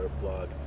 blog